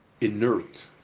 inert